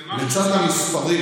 לצד המספרים